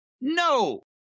No